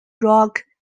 rock